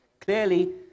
Clearly